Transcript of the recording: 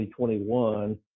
2021